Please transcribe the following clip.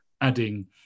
adding